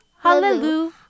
Hallelujah